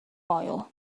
moel